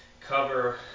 cover